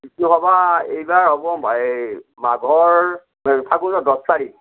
সভা এইবাৰ হ'ব মাঘৰ নহয় ফাগুনৰ দহ তাৰিখ